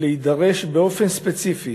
להידרש באופן ספציפי